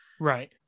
Right